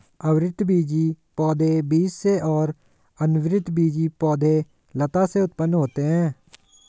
आवृतबीजी पौधे बीज से और अनावृतबीजी पौधे लता से उत्पन्न होते है